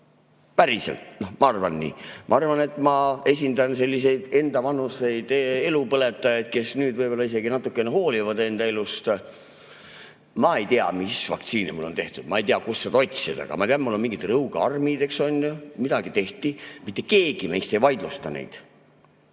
Ma arvan, et ma esindan selliseid endavanuseid elupõletajaid, kes nüüd võib‑olla isegi natukene hoolivad enda elust. Ma ei tea, mis vaktsiine mulle on tehtud, ma ei tea, kust seda [infot] otsida. Aga ma tean, mul on mingid rõuge[vaktsiini]armid, eks, midagi tehti – mitte keegi meist ei vaidlustanud